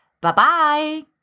Bye-bye